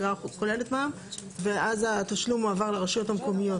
האגרה כוללת מע"מ ואז התשלום מועבר לרשויות המקומיות.